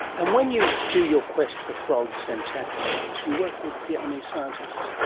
and when you do your quest for frogs and tadpoles, you work with vietnamese scientists.